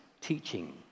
teaching